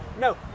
no